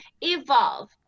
evolve